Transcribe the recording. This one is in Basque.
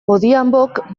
odhiambok